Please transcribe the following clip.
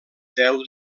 deu